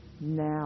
now